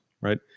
right